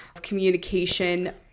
communication